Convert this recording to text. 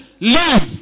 live